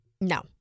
No